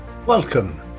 Welcome